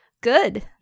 good